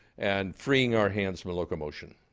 and freeing our hands from locomotion.